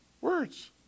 words